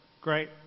great